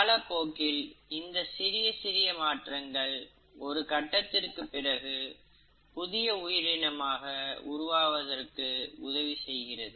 காலப்போக்கில் இந்த சிறிய சிறிய மாற்றங்கள் ஒரு கட்டத்திற்கு பிறகு புதிய உயிரினம் உருவாவதற்கு உதவி செய்கிறது